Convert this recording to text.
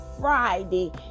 Friday